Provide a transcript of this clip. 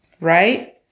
right